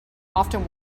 often